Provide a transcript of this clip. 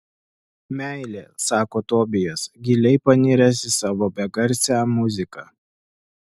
meilė sako tobijas giliai paniręs į savo begarsę muziką